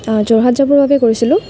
যোৰহাট যাবৰ বাবে কৰিছিলোঁ